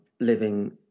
living